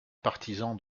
partisan